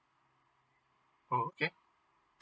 okay